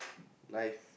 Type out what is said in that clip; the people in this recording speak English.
life